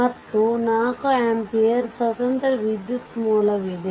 ಮತ್ತು 4 ಆಂಪಿಯರ್ ಸ್ವತಂತ್ರ ವಿದ್ಯುತ್ ಮೂಲವಿದೆ